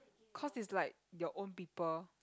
cause is like your own people